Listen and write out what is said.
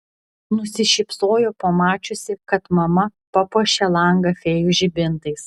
nusišypsojo pamačiusi kad mama papuošė langą fėjų žibintais